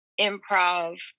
improv